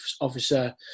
officer